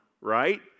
right